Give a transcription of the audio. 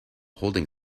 holding